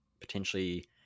potentially